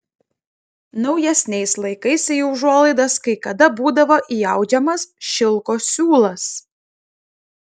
naujesniais laikais į užuolaidas kai kada būdavo įaudžiamas šilko siūlas